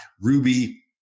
Ruby